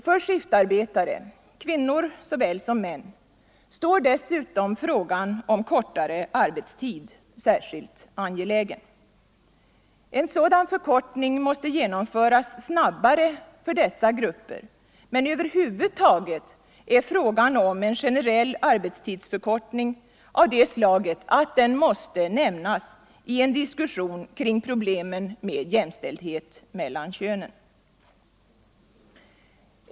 För skiftarbetare — kvinnor såväl som män — är dessutom frågan om kortare arbetstid särskilt angelägen. En sådan förkortning måste genomföras snabbare för dessa grupper, men över huvud taget är frågan om en generell arbetstidsförkortning av det slaget att den måste nämnas i en diskussion kring problemen med jämställdhet mellan könen.